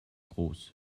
groß